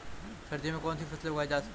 सर्दियों में कौनसी फसलें उगाई जा सकती हैं?